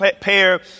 pair